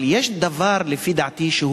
אבל יש דבר לפי דעתי,